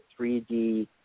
3D